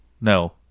No